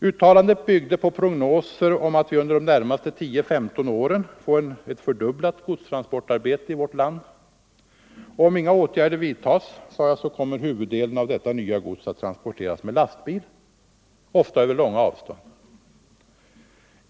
Uttalandet byggde på prognoser om att vi under de närmaste 10-15 åren får ett fördubblat godstransportarbete i vårt land. Om inga åtgärder vidtas, sade jag, kommer huvuddelen av detta nya gods att transporteras med lastbil, ofta över långa avstånd.